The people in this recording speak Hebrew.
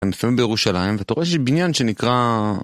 אני מסיים בירושלים, ואתה רואה שיש בניין שנקרא...